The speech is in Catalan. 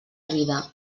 vida